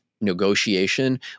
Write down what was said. negotiation